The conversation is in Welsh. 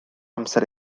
amser